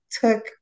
took